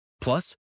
Plus